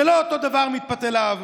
זה לא אותו דבר, מתפתל האב.